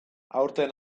aurten